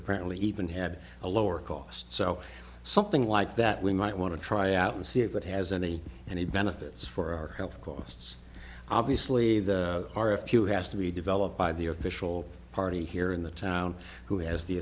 apparently even had a lower cost so something like that we might want to try out and see if it has any and he benefits for our health lists obviously there are a few has to be developed by the official party here in the town who has the